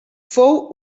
fou